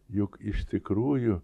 juk iš tikrųjų